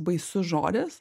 baisus žodis